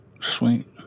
Sweet